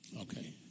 okay